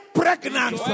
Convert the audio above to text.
pregnant